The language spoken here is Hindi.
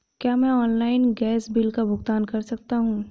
क्या मैं ऑनलाइन गैस बिल का भुगतान कर सकता हूँ?